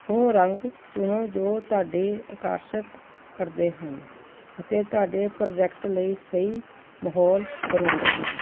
ਉਹ ਰੰਗ ਚੁਣੋ ਜੋ ਤੁਹਾਡੇ ਆਕਰਸ਼ਤ ਕਰਦੇ ਹਨ ਅਤੇ ਤੁਹਾਡੇ ਪ੍ਰੋਜੈਕਟ ਲਈ ਸਹੀ ਮਹੌਲ ਬਣਾਉਂਦੇ ਹਨ